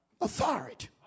authority